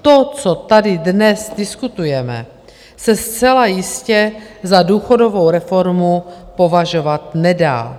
To, co tady dnes diskutujeme, se zcela jistě za důchodovou reformu považovat nedá.